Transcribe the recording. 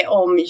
om